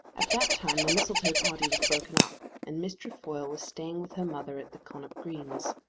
at that time the mistletoe party was broken up, and miss trefoil was staying with her mother at the connop greens.